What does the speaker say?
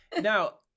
now